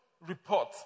report